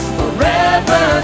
forever